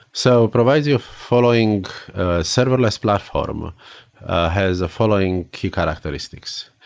so provides you following serverless platform ah has a following key characteristics.